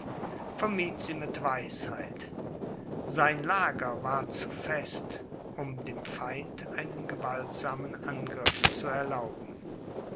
vermied sie mit weisheit sein lager war zu fest um dem feind einen gewaltsamen angriff zu erlauben